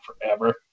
forever